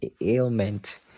ailment